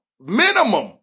Minimum